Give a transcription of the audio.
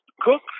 Cook